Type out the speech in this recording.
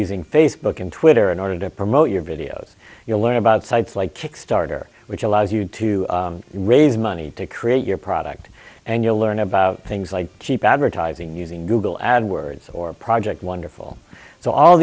using facebook and twitter in order to promote your videos you learn about sites like kickstarter which allows you to raise money to create your product and you'll learn about things like cheap advertising using google ad words or project wonderful so all